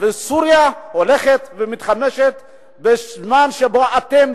וסוריה הולכת ומתחמשת בזמן שאתם,